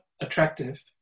attractive